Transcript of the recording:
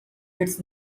its